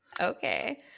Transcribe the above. Okay